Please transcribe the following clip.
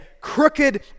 crooked